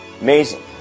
Amazing